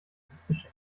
sadistische